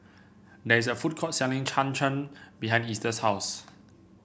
there is a food court selling Cham Cham behind Easter's house